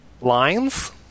Lines